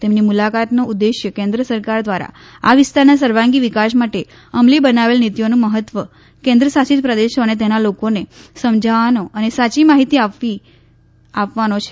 તેમની મુલાકાતનો ઉદેશ કેન્દ્ર સરકાર દ્વારા આ વિસ્તારના સર્વાંગી વિકાસ માટે અમલી બનાવેલી નીતિઓનું મહત્વ કેન્દ્ર શાસિત પ્રદેશો અને તેના લોકોને સમજાવાનો અને સાચી માહિતી આપી આપવાનો છે